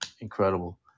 incredible